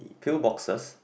pill boxes